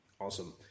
Awesome